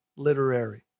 literary